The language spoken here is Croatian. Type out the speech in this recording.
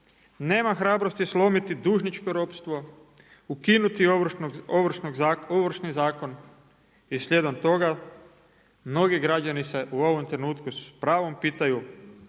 nema hrabrosti slomiti dužničko ropstvo, ukinuti Ovršni zakon i slijedom toga mnogi građani se u ovom trenutku s pravom pitaju